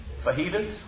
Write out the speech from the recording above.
fajitas